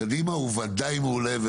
קדימה הוא ודאי מעולה.